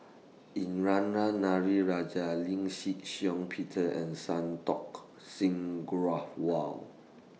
Indranee Rajah Shih Shiong Peter and Santokh Singh